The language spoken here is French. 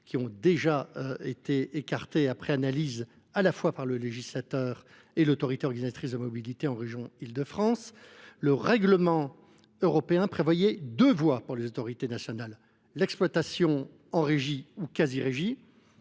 ont déjà été écartées à la fois par le législateur et par l’autorité organisatrice de la mobilité en région Île de France. Le règlement européen prévoyait deux voies pour les autorités nationales : soit l’exploitation en régie ou quasi régie,